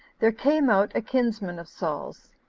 there came out a kinsman of saul's,